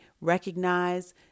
recognize